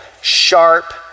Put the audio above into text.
sharp